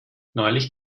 neulich